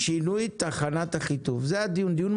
שזה על חשבון זה.